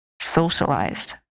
socialized